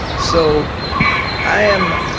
so i am,